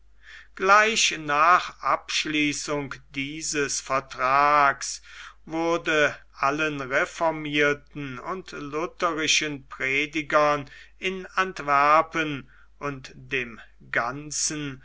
gleich nach abschließung dieses vertrags wurde allen reformierten und lutherischen predigern in antwerpen und dem ganzen